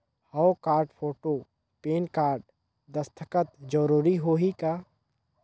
हव card, photo, PAN card, दस्खत जरूरी होही का?